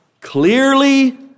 clearly